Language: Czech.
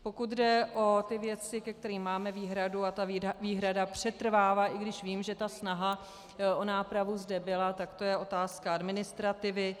Pokud jde o ty věci, ke kterým máme výhradu, a ta výhrada přetrvává, i když vím, že snaha o nápravu zde byla, tak to je otázka administrativy.